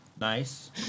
nice